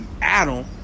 Adam